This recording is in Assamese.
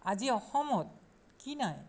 আজি অসমত কি নাই